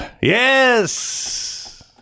Yes